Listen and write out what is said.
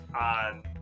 on